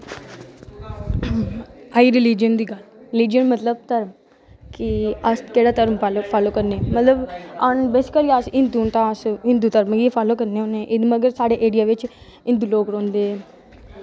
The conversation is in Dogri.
आई रिलीज़न दी गल्ल रिलीज़न मतलब धर्म की अस केह्ड़ा धर्म फॉलो करने मतलब जियां की अस हिंदु न तां अस हिंदु धर्म गी गै फॉलो करने होने एह् मतलब साढ़े एरिया बिच हिंदु लोग रौहंदे